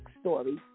story